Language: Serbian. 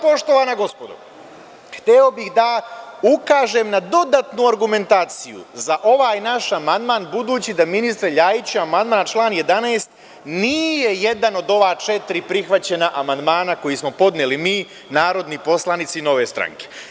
Poštovana gospodo, sada bih hteo da ukažem na dodatnu argumentaciju za ovaj naš amandman, budući da, ministre Ljajiću, amandman na član 11. nije jedan od ova četiri prihvaćena amandmana koji smo podneli mi, narodni poslanici, Nove stranke.